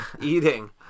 eating